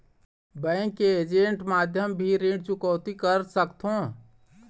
Bank के agent माध्यम भी ऋण चुकौती कर सकथों?